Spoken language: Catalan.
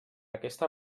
aquesta